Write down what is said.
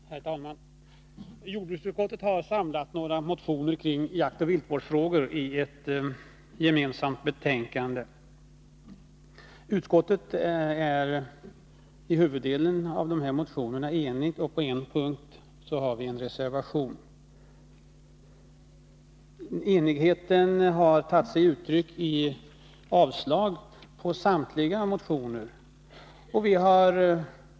Herr talman! Jordbruksutskottet har samlat några motioner om jaktoch viltvårdsfrågori ett betänkande. Utskottet är enigt när det gäller huvuddelen av dessa motioner. På en punkt har det avgivits en reservation. Enigheten har tagit sig uttryck i yrkanden om avslag på samtliga motioner.